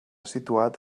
situat